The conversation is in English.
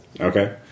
Okay